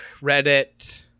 reddit